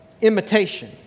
imitation